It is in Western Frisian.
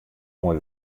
moai